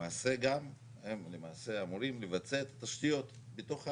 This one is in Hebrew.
למעשה הם אמורים לבצע את התשתיות בתוך הערים.